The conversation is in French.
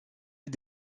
est